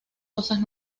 cosas